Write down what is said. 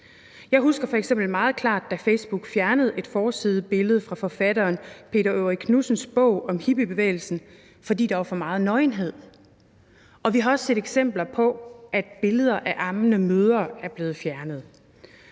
Jeg husker f.eks. meget klart, da Facebook fjernede et forsidebillede fra forfatteren Peter Øvig Knudsens bog om hippiebevægelsen, fordi der var for meget nøgenhed. Vi har også set eksempler på, at billeder af ammende mødre er blevet fjernet.